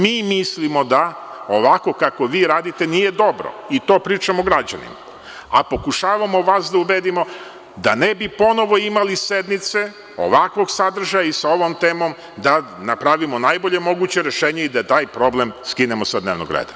Mi mislimo da ovako kako vi radite nije dobro i to pričamo građanima, a pokušavamo vas da ubedimo da ne bi ponovo imali sednice ovakvog sadržaja i sa ovom temom, da napravimo najbolje moguće rešenje i da taj problem skinemo sa dnevnog reda.